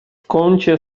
kącie